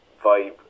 vibe